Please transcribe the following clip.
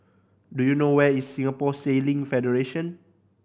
do you know where is Singapore Sailing Federation